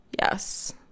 Yes